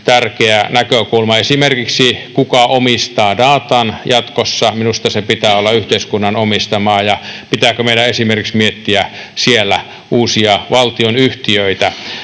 tärkeä näkökulma. Esimerkiksi kuka omistaa datan jatkossa — minusta sen pitää olla yhteiskunnan omistamaa, ja pitääkö meidän esimerkiksi miettiä siellä uusia valtionyhtiöitä?